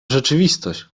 rzeczywistość